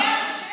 80 מיליארד שקל.